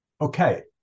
Okay